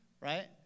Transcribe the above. right